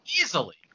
Easily